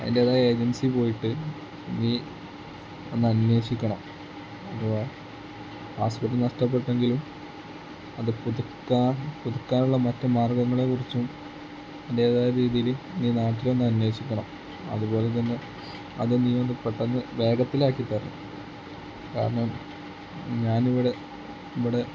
അതിൻ്റെതായ ഏജൻസി പോയിട്ട് നീ ഒന്ന് അന്വേഷിക്കണം അപ്പോൾ പാസ്സ്പോട്ട് നഷ്ടപ്പെട്ടെങ്കിലും അത് പുതുക്കാൻ പുതുക്കാനുള്ള മറ്റ് മാർഗങ്ങളെ കുറിച്ചും അതിൻ്റെതായ രീതിയിൽ നീ നാട്ടിലൊന്ന് അന്വേഷിക്കണം അതുപോലെ തന്നെ അത് നീ ഒന്ന് പെട്ടന്ന് വേഗത്തിലാക്കിത്തരണം കാരണം ഞാൻ ഇവിടെ ഇവിടെ